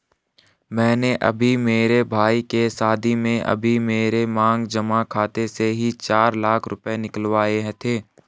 मैंने अभी मेरे भाई के शादी में अभी मेरे मांग जमा खाते से ही चार लाख रुपए निकलवाए थे